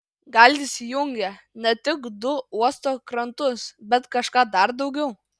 gal jis jungė ne tik du uosto krantus bet kažką dar daugiau